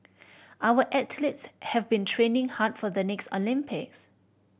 our athletes have been training hard for the next Olympics